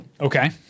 Okay